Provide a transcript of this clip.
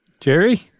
Jerry